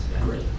Great